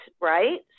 right